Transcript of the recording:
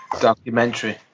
documentary